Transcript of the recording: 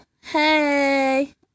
hey